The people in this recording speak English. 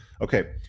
okay